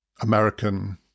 American